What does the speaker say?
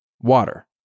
Water